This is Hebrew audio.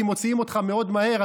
כי מוציאים אותך מאוד מהר,